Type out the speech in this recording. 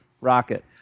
Rocket